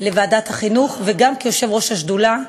לוועדת החינוך וגם כיושב-ראש השדולה,